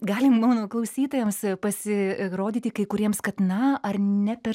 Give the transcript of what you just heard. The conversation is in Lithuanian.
gali mano klausytojams pasirodyti kai kuriems kad na ar ne per